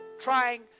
trying